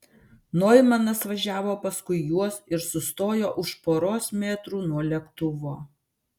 noimanas važiavo paskui juos ir sustojo už poros metrų nuo lėktuvo